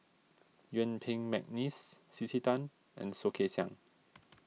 Yuen Peng McNeice C C Tan and Soh Kay Siang